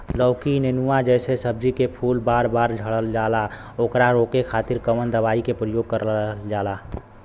लौकी नेनुआ जैसे सब्जी के फूल बार बार झड़जाला ओकरा रोके खातीर कवन दवाई के प्रयोग करल जा?